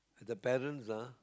the parents ah